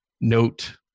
note